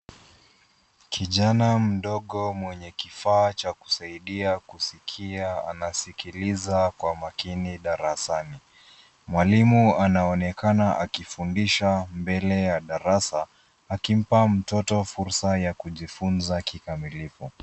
Kijana mdogo mwenye kifaa cha kusaidia kusikia anasikiliza kwa makini darasani. Mwalimu anaonekana akifundisha mbele ya darasa, akimpa mtoto fursa ya kujifunza kikamilifu.